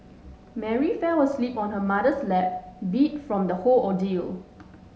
Mary fell asleep on her mother's lap beat from the whole ordeal